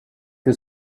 que